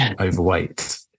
overweight